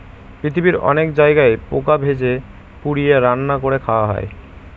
পৃথিবীর অনেক জায়গায় পোকা ভেজে, পুড়িয়ে, রান্না করে খাওয়া হয়